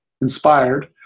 inspired